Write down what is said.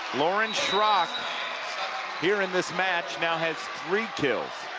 lauren schrock here in this match now has three kills.